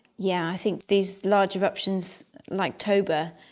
yeah i think these large eruptions like toba,